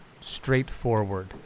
straightforward